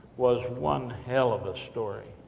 was one helluva a story.